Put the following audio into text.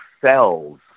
cells